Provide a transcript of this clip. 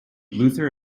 luther